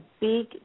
big